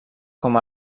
com